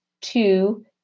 two